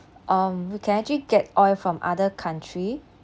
um we can actually get oil from other country